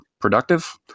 productive